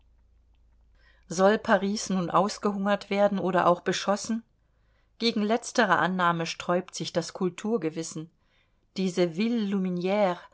soll paris nun ausgehungert werden oder auch beschossen gegen letztere annahme sträubt sich das kulturgewissen diese